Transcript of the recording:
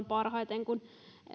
parhaiten silloin kun